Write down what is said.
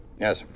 Yes